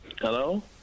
Hello